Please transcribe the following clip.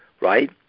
right